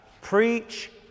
preach